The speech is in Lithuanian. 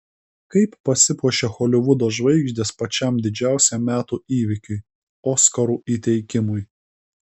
kaip pasipuošia holivudo žvaigždės pačiam didžiausiam metų įvykiui oskarų įteikimui